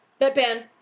Bedpan